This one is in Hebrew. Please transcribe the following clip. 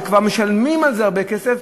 שכבר משלמים על זה הרבה כסף,